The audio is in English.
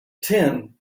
tin